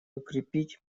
укрепить